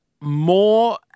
more